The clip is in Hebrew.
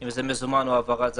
אם זה מזומן או העברת זה"ב,